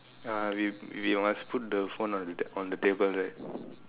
ah we we must put the phone on the on the table right